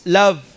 love